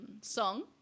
Song